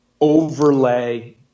overlay